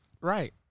Right